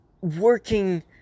working